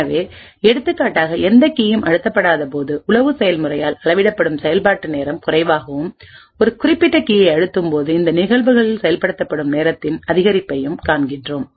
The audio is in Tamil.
எனவே எடுத்துக்காட்டாக எந்த கீயும் அழுத்தப்படாதபோது உளவு செயல்முறையால் அளவிடப்படும் செயல்பாட்டு நேரம் குறைவாகவும் ஒரு குறிப்பிட்ட கீயை அழுத்தும் போதும் இந்த நிகழ்வுகளில்செயல்படுத்தும் நேரத்தின் அதிகரிப்பையும் காண்கிறோம்